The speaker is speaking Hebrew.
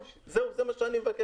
זהו, זה מה שאני מבקש,